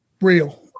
real